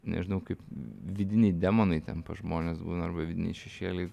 nežinau kaip vidiniai demonai ten pas žmones būna arba vidiniai šešėliai